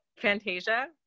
Fantasia